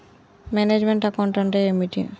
Manage meant account అంటే ఏమిటి?